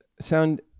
Sound